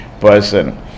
person